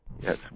Yes